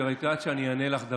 את יודעת שאני אענה לך,